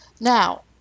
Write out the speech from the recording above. Now